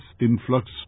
influx